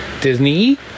Disney